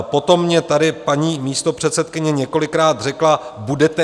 Potom mě tady paní místopředsedkyně několikrát řekla: Budete nám říkat.